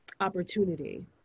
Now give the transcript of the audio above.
opportunity